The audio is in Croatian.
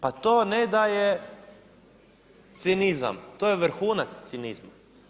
Pa to ne da je cinizam, to je vrhunac cinizma.